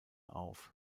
auf